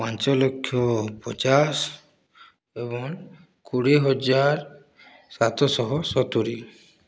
ପାଞ୍ଚ ଲକ୍ଷ ପଚାଶ ଏବଂ କୋଡ଼ିଏ ହଜାର ସାତ ଶହ ସତୁରି